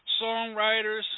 Songwriters